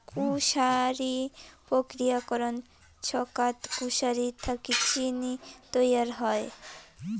কুশারি প্রক্রিয়াকরণ ছচকাত কুশারি থাকি চিনি তৈয়ার হই